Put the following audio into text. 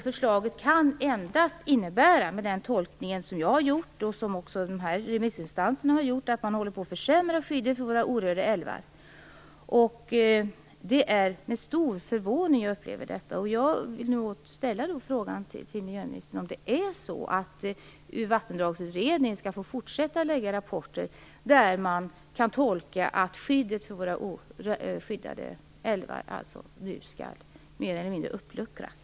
Förslaget kan med den tolkning som jag har gjort och som också remissinstanserna har gjort endast innebära att man håller på att försämra skyddet för orörda älvar. Det är med stor förvåning jag upplever detta. Vattendragsutredningen få fortsätta att lägga fram rapporter som man kan tolka som att skyddet för våra skyddade älvar nu mer eller mindre skall uppluckras?